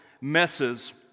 messes